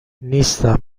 نیستم